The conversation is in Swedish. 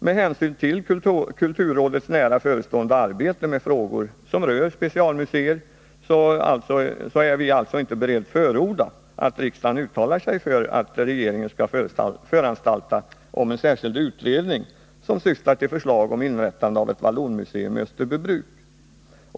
Med hänvisning till kulturrådets nära förestående arbete med frågor som rör specialmuseer är utskottet inte berett förorda att riksdagen uttalar sig för att regeringen skall föranstalta om en särskild utredning som skall syfta till förslag om inrättande av ett vallonmuseum i Österbybruk.